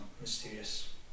mysterious